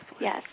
Yes